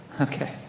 Okay